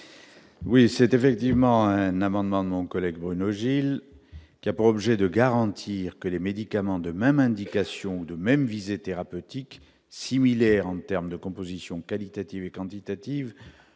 oui, c'est effectivement un amendement de mon collègue Bruno Gilles, qui a pour objet de garantir que les médicaments de même indication de même visée thérapeutique similaires en termes de composition qualitative et quantitative